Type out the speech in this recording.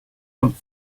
pumped